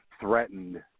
threatened